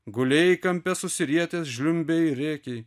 gulėjai kampe susirietęs žliumbei rėkei